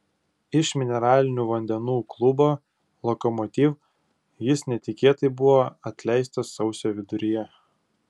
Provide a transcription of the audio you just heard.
iš mineralinių vandenų klubo lokomotiv jis netikėtai buvo atleistas sausio viduryje